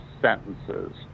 sentences